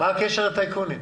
מה הקשר לטייקונים?